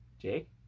Jake